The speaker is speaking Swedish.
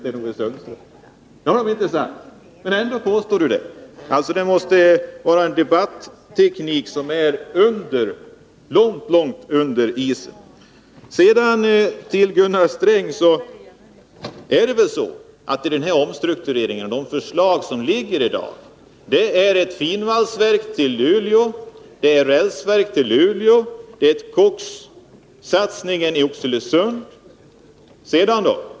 Ändå påstår Sten-Ove Sundström det. Det är en debatteknik som är långt under isen. Beträffande omstruktureringen är det väl så, Gunnar Sträng, att de förslag som finns i dag är ett finvalsverk till Luleå, ett rälsverk till Luleå och en satsning i Oxelösund.